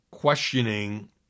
questioning